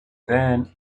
then